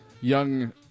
young